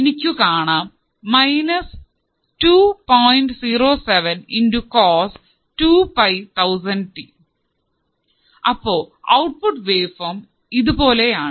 എനിക്കു കാണാം അപ്പൊ ഔട്ട്പുട്ട് വേവ്ഫോമും ഇതുപോലെ ആണ്